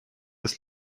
des